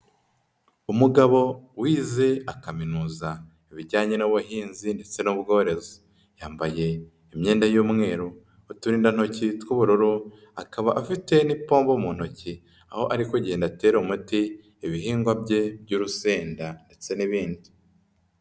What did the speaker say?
Umugabo wize akaminuza mu bijyanye n'ubuhinzi ndetse n'ubworozi. Yambaye imyenda y'umweru, uturindantoki tw'ubururu akaba afite n'ipombo mu ntoki aho ari kugenda atera umuti ibihingwa bye by'urusenda ndetse n'ibindi.